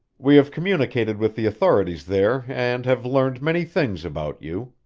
we have communicated with the authorities there and have learned many things about you.